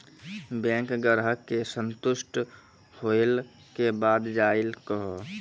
Bank ग्राहक के संतुष्ट होयिल के बढ़ जायल कहो?